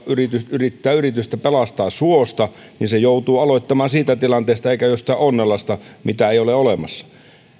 yrittää yritystä pelastaa suosta joutuu aloittamaan siitä tilanteesta eikä jostain onnelasta mitä ei ole olemassa